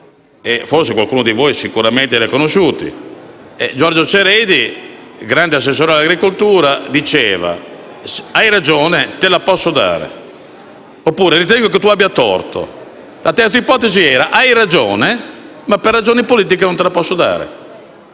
forse qualcuno di voi ha conosciuto. Giorgio Ceredi, grande assessore all'agricoltura, diceva: hai ragione, te la posso dare; oppure: ritengo che tu abbia torto; la terza ipotesi era: hai ragione, ma per ragioni politiche non te la posso dare.